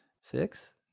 six